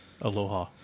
Aloha